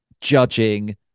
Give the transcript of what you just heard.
judging